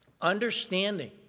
understanding